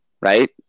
right